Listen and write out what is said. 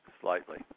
slightly